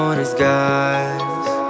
disguise